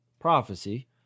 Prophecy